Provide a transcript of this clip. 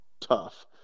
tough